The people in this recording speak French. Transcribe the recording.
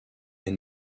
est